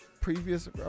previous